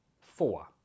four